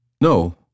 no